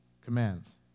commands